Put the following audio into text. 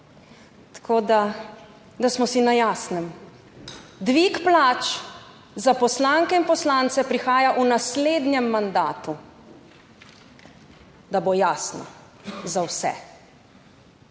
da, da smo si na jasnem, dvig plač za poslanke in poslance prihaja v naslednjem mandatu. Da bo jasno za vse.